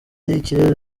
ikirezi